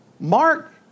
Mark